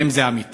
האם זה אמיתי?